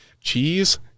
cheese